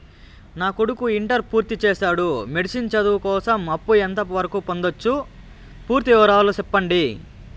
నా కొడుకు ఇంటర్ పూర్తి చేసాడు, మెడిసిన్ చదువు కోసం అప్పు ఎంత వరకు పొందొచ్చు? పూర్తి వివరాలు సెప్పండీ?